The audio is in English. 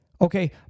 Okay